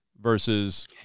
versus